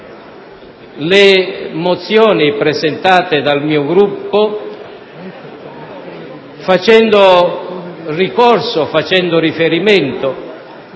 le mozioni presentate dal mio Gruppo, facendo ricorso e riferimento